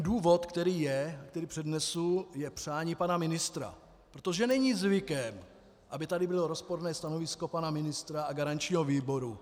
Důvod, který je, který přednesu, je přání pana ministra, protože není zvykem, aby tady bylo rozporné stanovisko pana ministra a garančního výboru.